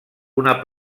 una